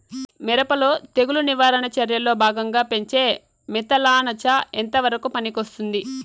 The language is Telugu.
మిరప లో తెగులు నివారణ చర్యల్లో భాగంగా పెంచే మిథలానచ ఎంతవరకు పనికొస్తుంది?